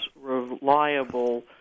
reliable